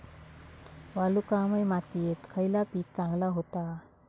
वालुकामय मातयेत खयला पीक चांगला होता?